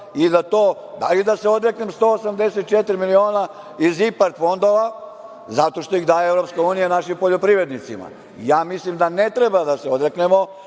da se odreknem 184 miliona iz IPARD fondova zato što ih daje EU našim poljoprivrednicima. Ja mislim da ne treba da se odreknemo,